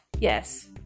Yes